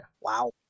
Wow